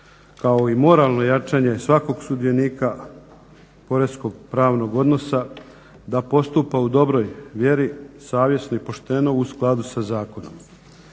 kao i moralno jačanje svakog sudionika porezno – pravnog odnosa da postupa u dobroj vjeri, savjesno i pošteno u skladu sa zakonom.